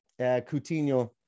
Coutinho